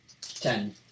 ten